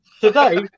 today